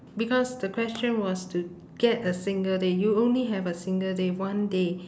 because the question was to get a single day you only have a single day one day